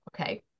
okay